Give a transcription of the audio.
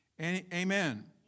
Amen